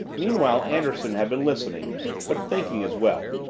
meanwhile anderson had been listening but thinking as well.